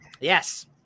Yes